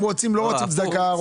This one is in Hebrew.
הם לא רוצים צדקה.